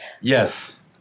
yes